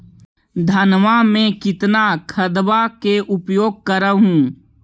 धानमा मे कितना खदबा के उपयोग कर हू?